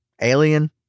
Alien